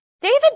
David